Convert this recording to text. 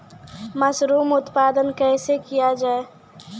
Mushroom उत्पादन कैसे किया जाय?